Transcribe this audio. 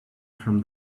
from